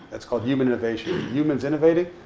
that's called human innovation. humans innovating,